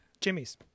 Jimmy's